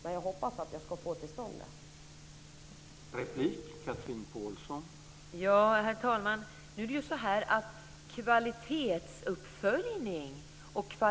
Men jag hoppas att jag ska få till stånd en sådan möjlighet.